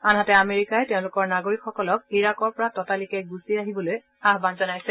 আনহাতে আমেৰিকাই তেওঁলোকৰ নাগৰিকসকলক ইৰাকৰ পৰা ততালিকে গুচি যাবলৈ আহ্বান জনাইছে